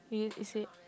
is it